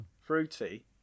fruity